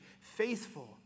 faithful